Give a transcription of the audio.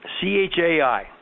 C-H-A-I